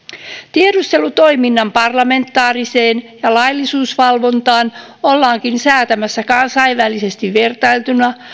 tiedustelutoiminnan parlamentaariseen ja laillisuusvalvontaan ollaankin säätämässä kansainvälisesti vertailtuna